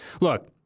look